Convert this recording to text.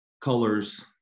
Colors